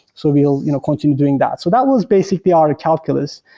so we'll you know continue doing that. so that was basically our calculus,